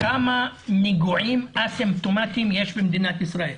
כמה נגועים אסימפטומטיים יש במדינת ישראל?